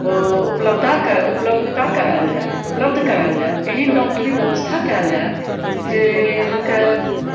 ओ उपलब्ध कराओल जाय एहेन डॉक्टरी व्यवस्था कयल जाय जे आहाँके